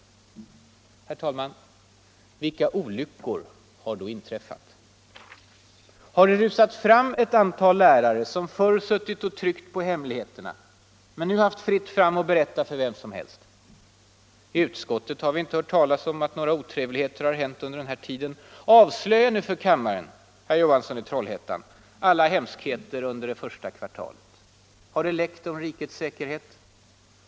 Herr talman! Vilka olyckor har då inträffat? Har det rusat fram ett antal lärare som förr suttit och tryckt på hemligheterna men nu haft fritt fram att berätta för vem som helst? I utskottet har vi inte hört talas om att några otrevligheter hänt under den här tiden. Avslöja nu för kammaren, herr Johansson i Trollhättan, alla hemskheter som inträffat under det första kvartalet! Har det läckt om rikets säkerhet?